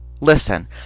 Listen